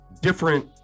different